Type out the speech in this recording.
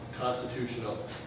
constitutional